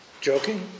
Joking